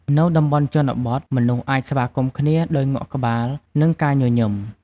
នៅតំបន់ជនបទ មនុស្សអាចស្វាគមន៍គ្នាដោយងក់ក្បាល និងការញញឹម។